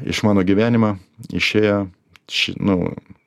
iš mano gyvenimą išėjo š nu